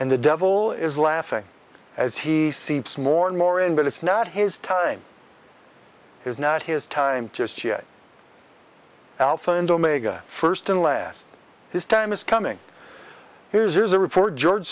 and the devil is laughing as he seems more and more in but it's not his time is not his time just yet alpha and omega first and last his time is coming here's a report george